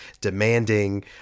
demanding